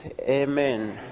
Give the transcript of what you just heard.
Amen